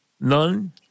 none